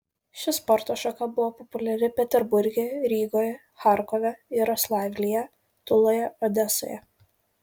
ši sporto šaka buvo populiari peterburge rygoje charkove jaroslavlyje tuloje odesoje